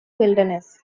wilderness